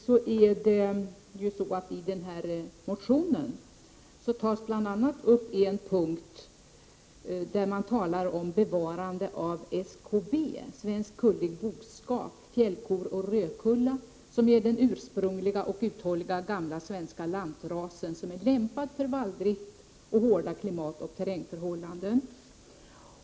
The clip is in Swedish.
I motionen om fäbodbruket tas bl.a. upp bevarande av SKB, dvs. Svensk Kullig Boskap; fjällkor och rödkulla, som är den ursprungliga och uthålliga gamla svenska lantrasen, som är lämpad för valldrift och hårda klimatoch terrängförhållanden.